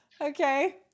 Okay